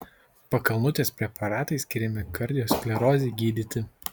pakalnutės preparatai skiriami kardiosklerozei gydyti